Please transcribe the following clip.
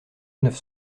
neuf